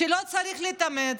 שלא צריכה להתאמץ,